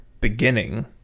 beginning